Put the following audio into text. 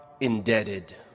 indebted